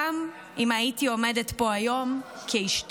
גם אם הייתי עומדת פה היום כאשתו".